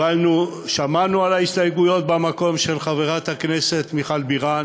שמענו את ההסתייגויות של חברת הכנסת מיכל בירן